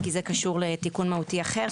כי זה קשור לתיקון מהותי אחר,